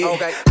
Okay